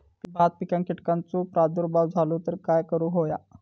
भात पिकांक कीटकांचो प्रादुर्भाव झालो तर काय करूक होया?